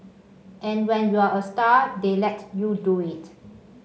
and when you're a star they let you do it